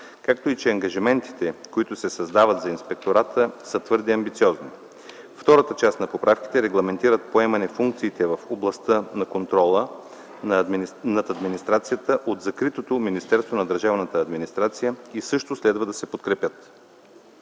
както и че ангажиментите, които се създават за инспектората, са твърде амбициозни. Втората част от поправките регламентират поемане функциите в областта на контрола над администрацията от закритото Министерство на държавната администрация и също следва да се подкрепят.